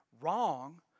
wrong